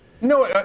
no